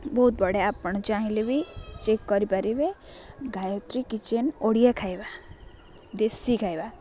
ବହୁତ ବଢ଼ିଆ ଆପଣ ଚାହିଁଲେ ବି ଚେକ୍ କରିପାରିବେ ଗାୟତ୍ରୀ କିଚେନ୍ ଓଡ଼ିଆ ଖାଇବା ଦେଶୀ ଖାଇବା